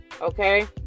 okay